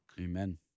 Amen